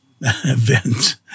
events